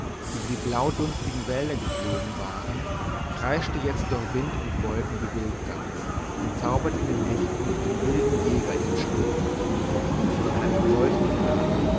über die blau dunstigen wälder geflogen waren kreischte jetzt durch wind und wolken die wildgans und zauberte in den nächten den wilden jäger in den sturm an einem solchen tage